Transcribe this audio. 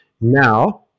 now